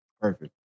Perfect